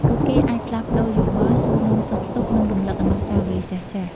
ពួកគេអាចផ្លាស់ប្ដូរយោបល់ សួរនាំសុខទុក្ខ និងរំលឹកអនុស្សាវរីយ៍ចាស់ៗ។